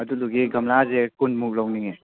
ꯑꯗꯨꯗꯨꯒꯤ ꯒꯝꯂꯥꯁꯦ ꯀꯨꯟ ꯃꯨꯛ ꯂꯧꯅꯤꯡꯉꯦ